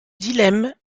dilemme